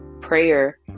prayer